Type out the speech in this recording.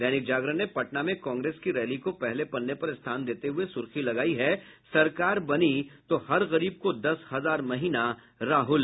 दैनिक जागरण ने पटना में कांग्रेस की रैली को पहले पन्ने पर स्थान देते हुये सुर्खी लगायी है सरकार बनी को हर गरीब को दस हजार महीना राहुल